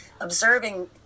observing